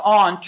on